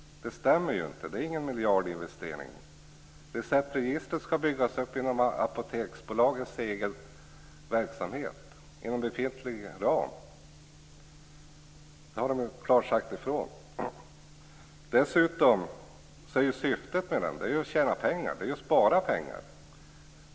Det stämmer ju inte. Det är ingen miljardinvestering. Receptregistret skall byggas upp inom Apoteksbolagets egen verksamhet, inom befintlig ram. Det har man klart sagt ifrån. Dessutom är syftet att tjäna pengar, att spara pengar.